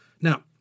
Now